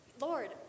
Lord